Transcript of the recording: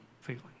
feeling